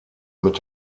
mit